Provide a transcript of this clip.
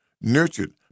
nurtured